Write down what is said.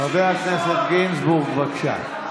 חבר הכנסת בן גביר, שב, בבקשה.